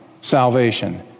salvation